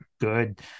good